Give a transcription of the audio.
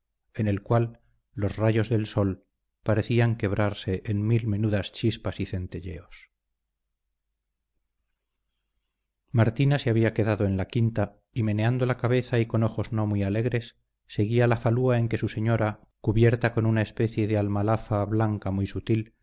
en el cual los rayos del sol parecían quebrarse en mil menudas chispas y centelleos martina se había quedado en la quinta y meneando la cabeza y con ojos no muy alegres seguía la falúa en que su señora cubierta con una especie de almalafa blanca muy sutil